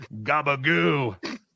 Gabagoo